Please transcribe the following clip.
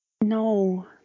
No